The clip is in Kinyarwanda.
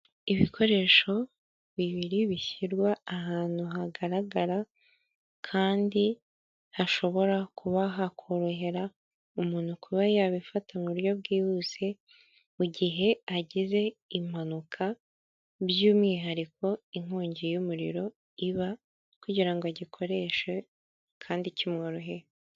Ibikoresho bibiri bishyirwa ahantu hagaragara kandi hashobora kuba hakorohera umuntu kuba yabifata mu buryo bwihuse mu gihe agize impanuka, by'umwihariko inkongi y'umuriro iba kugira ngo agikoreshe kandi kimworoheye.